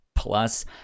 plus